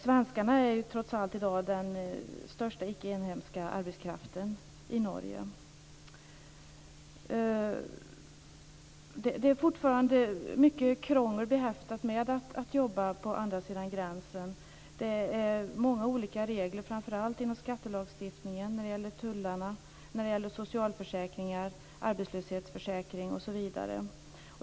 Svenskarna utgör trots allt i dag den största icke inhemska arbetskraften i Norge. Det är fortfarande mycket krångel behäftat med att jobba på andra sidan gränsen. Det är många olika regler, framför allt inom skattelagstiftningen och när det gäller tullarna, socialförsäkringar, arbetslöshetsförsäkring osv.